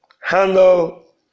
handle